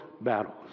battles